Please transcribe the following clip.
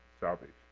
salvation